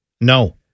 No